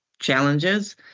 challenges